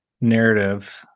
narrative